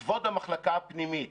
לכבוד המחלקה הפנימית,